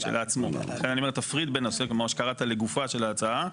לכן אני אומר תפריד את מה שקראת לגופה של ההצעה,